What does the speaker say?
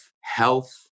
health